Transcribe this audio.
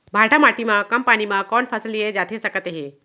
भांठा माटी मा कम पानी मा कौन फसल लिए जाथे सकत हे?